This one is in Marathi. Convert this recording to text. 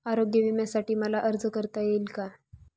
आरोग्य विम्यासाठी मला अर्ज करता येईल का?